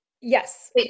yes